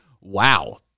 wow